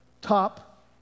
top